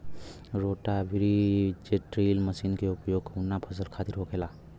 रोटा बिज drill machine के उपयोग कऊना फसल खातिर होखेला?